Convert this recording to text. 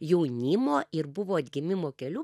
jaunimo ir buvo atgimimo keliu